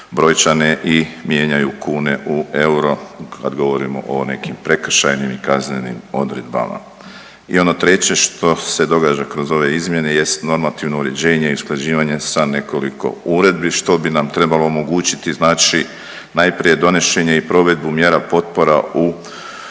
i mijenjaju kune u euro kad govorimo o nekim prekršajnim i kaznenim odredbama. I ono treće što se događa kroz ove izmjene jest normativno uređenje i usklađivanje sa nekoliko uredbi što bi nam trebalo omogućiti znači najprije donošenje i provedbu mjera potpora u